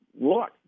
look